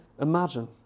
imagine